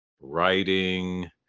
writing